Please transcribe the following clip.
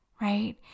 right